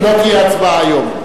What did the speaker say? ולא תהיה הצבעה היום.